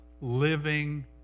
living